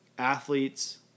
Athletes